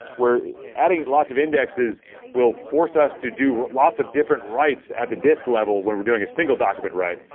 where adding lots of indexes will force us to do lots of different writes at the disk level where we're doing a single document write.